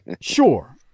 Sure